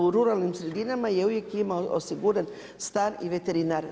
U ruralnim sredinama je uvijek imao osiguran stan i veterinar.